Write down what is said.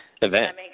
Event